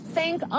Thank